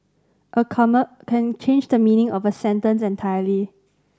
a comma can change the meaning of a sentence entirely